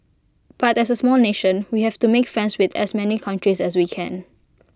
but as A small nation we have to make friends with as many countries as we can